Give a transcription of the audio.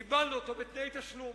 קיבלנו אותו בתנאי תשלום.